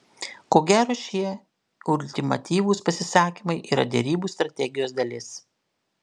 ko gero šie ultimatyvūs pasisakymai yra derybų strategijos dalis